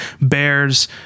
bears